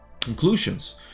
conclusions